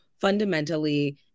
fundamentally